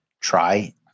try